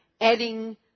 adding